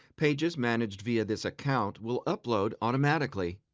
pages managed via this account will upload automatically.